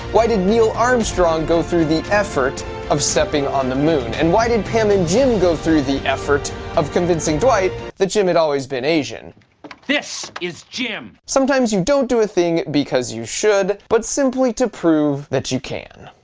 why did neil armstrong go through the effort of stepping on the moon? and why did pam and jim go through the effort of convincing dwight, that jim had always been asian? dwight this is jim. sometimes, you don't do a thing because you should, but simply to prove that you can.